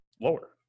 lower